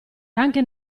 anche